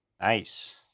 Nice